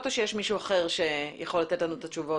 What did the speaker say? או שיש מישהו אחר שיוכל לתת לנו את התשובות?